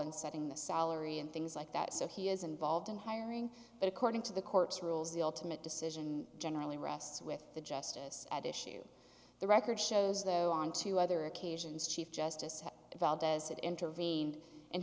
in setting the salary and things like that so he is involved in hiring but according to the court's rules the ultimate decision generally rests with the justice at issue the record shows though on two other occasions chief justice